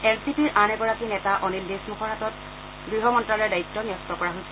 N C পিৰ আন এগৰাকী নেতা অনিল দেশমুখৰ হাতত গৃহমন্ত্যালয়ৰ দায়িত্ব ন্যস্ত কৰা হৈছে